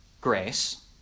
grace